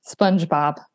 SpongeBob